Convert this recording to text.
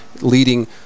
leading